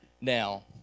Now